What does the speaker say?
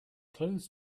clothes